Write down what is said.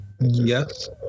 Yes